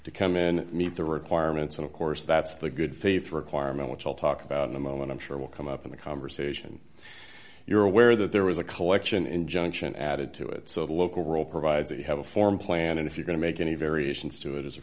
to come in meet the requirements and of course that's the good faith requirement which i'll talk about in a moment i'm sure will come up in the conversation you're aware that there was a collection injunction added to it so the local rule provided that you have a form plan and if you're going to make any variations to it as a